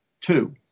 Two